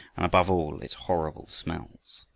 and above all its horrible smells.